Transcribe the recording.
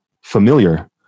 familiar